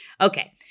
Okay